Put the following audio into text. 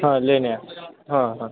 हां लेन आहे हो हां